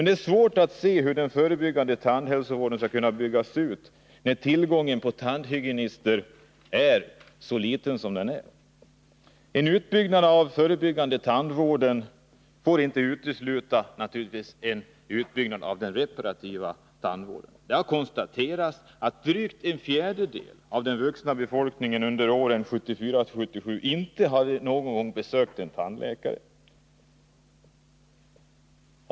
Det är svårt att se hur den förebyggande tandhälsovården skall kunna byggas ut när tillgången på tandhygienister är så liten som den är. En utbyggnad av den förebyggande tandvården får givetvis inte utesluta en kraftig utbyggnad av den reparativa tandvården. Det har konstaterats att drygt en fjärdedel av den vuxna befolkningen under åren 1974-1977 inte någon gång besökt tandläkare.